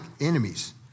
enemies